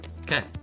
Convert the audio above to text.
Okay